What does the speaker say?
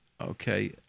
Okay